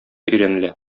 өйрәнелә